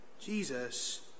Jesus